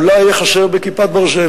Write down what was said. אולי יהיה חסר ב"כיפת ברזל".